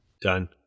Done